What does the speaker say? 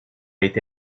été